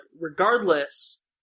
regardless